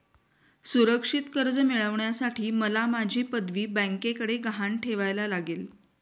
सुरक्षित कर्ज मिळवण्यासाठी मला माझी पदवी बँकेकडे गहाण ठेवायला लागेल